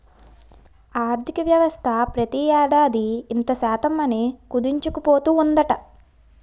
ఆర్థికవ్యవస్థ ప్రతి ఏడాది ఇంత శాతం అని కుదించుకుపోతూ ఉందట